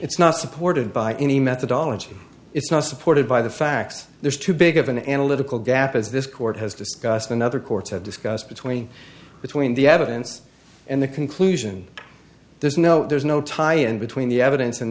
it's not supported by any methodology it's not supported by the facts there's too big of an analytical gap as this court has discussed and other courts have discussed between between the evidence and the conclusion there's no there's no tie in between the evidence and